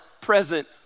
present